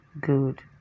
good